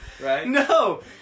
No